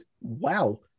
Wow